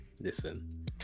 Listen